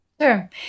sure